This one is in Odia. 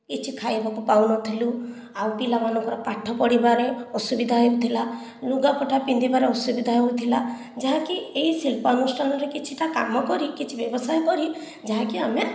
କିଛି ଖାଇବାକୁ ପାଉନଥିଲୁ ଆଉ ପିଲାମାନଙ୍କର ପାଠ ପଢ଼ିବାରେ ଅସୁବିଧା ହେଉଥିଲା ଲୁଗାପଟା ପିନ୍ଧିବାରେ ଅସୁବିଧା ହେଉଥିଲା ଯାହାକି ଏହି ଶିଳ୍ପାନୁଷ୍ଠାନରେ କିଛିଟା କାମ କରି କିଛି ବ୍ୟବସାୟ କରି ଯାହାକି ଆମେ